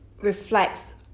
reflects